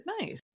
Nice